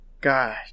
God